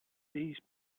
these